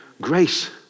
grace